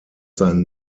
sein